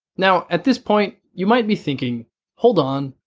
now, at this point, you might be thinking hold on.